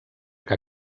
que